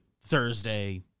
Thursday